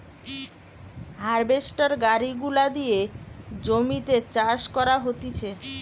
harvester গাড়ি গুলা দিয়ে জমিতে চাষ করা হতিছে